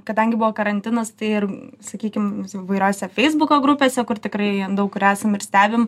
kadangi buvo karantinas tai ir sakykim įvairiose feisbuko grupėse kur tikrai daug kur esam ir stebim